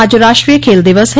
आज राष्ट्रीय खेल दिवस है